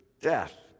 death